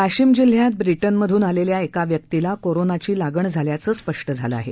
वाशिम जिल्ह्यात ब्रिटन मधून आलेल्या एका व्यक्तीला कोरोनाची लागण झाल्याचं स्पष्ट झालं आहे